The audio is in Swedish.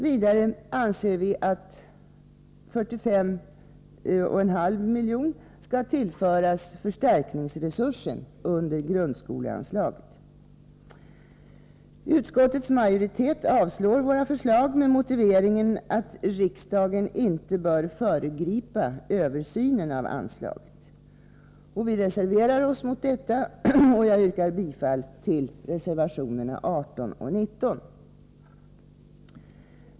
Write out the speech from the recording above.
Vidare anser vi att 45,5 milj.kr. skall tillföras förstärkningsresursen under grundskoleanslaget. Utskottets majoritet avstyrker våra förslag med motiveringen att riksdageninte bör föregripa översynen av anslaget. Vi reserverar oss mot detta, och jag yrkar bifall till reservationerna 18 och 19.